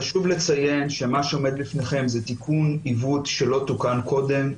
חשוב לציין שמה שעומד בפניכם זה תיקון עיוות שלא תוקן קודם.